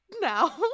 now